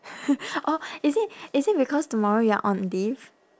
or is it is it because tomorrow you're on leave